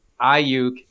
Ayuk